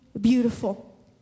beautiful